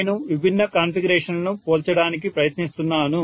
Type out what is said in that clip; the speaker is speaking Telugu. నేను విభిన్న కాన్ఫిగరేషన్లను పోల్చడానికి ప్రయత్నిస్తున్నాను